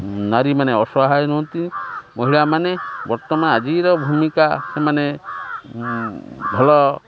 ନାରୀମାନେ ଅସହାୟ ନୁହନ୍ତି ମହିଳାମାନେ ବର୍ତ୍ତମାନ ଆଜିର ଭୂମିକା ସେମାନେ ଭଲ